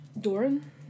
Doran